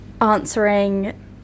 answering